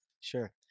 Sure